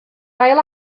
ail